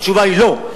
התשובה היא לא.